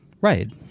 Right